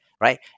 right